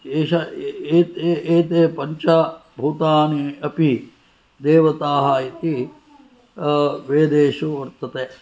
एते पञ्चभूतानि अपि देवताः इति वेदेषु वर्तते